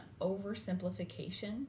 oversimplification